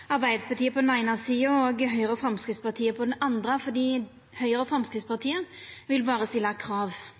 Arbeidarpartiet på den eine sida og Høgre og Framstegspartiet på den andre sida, for Høgre og Framstegspartiet vil berre stilla krav.